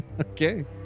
Okay